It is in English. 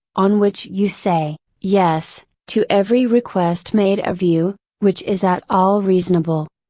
on which you say, yes, to every request made of you, which is at all reasonable.